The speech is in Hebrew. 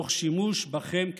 תוך שימוש בכם כקורבנות.